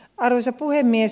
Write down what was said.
arvoisa puhemies